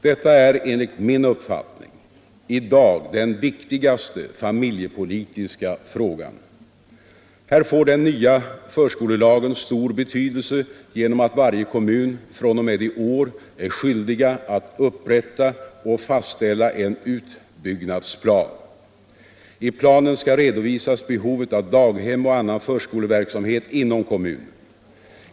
Detta är enligt min uppfattning i dag den viktigaste familjepolitiska frågan. Här får den nya förskolelagen stor betydelse genom att varje kommun från och med i år är skyldig att upprätta och fastställa en utbyggnadsplan. I planen skall redovisas behovet av daghem och annan förskoleverksamhet inom kommunen.